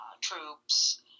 troops